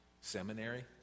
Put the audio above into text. seminary